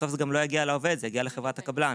בסוף זה גם לא יגיע לעובד אלא יגיע לחברת הקבלן